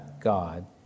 God